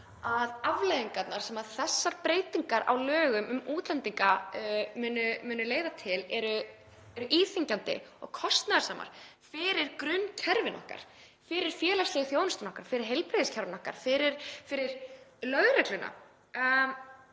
að afleiðingarnar sem þessar breytingar á lögum um útlendinga munu hafa eru íþyngjandi og kostnaðarsamar fyrir grunnkerfin okkar, fyrir félagslegu þjónustuna okkar, fyrir heilbrigðiskerfið, fyrir lögregluna.